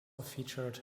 featured